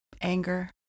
anger